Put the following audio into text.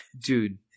Dude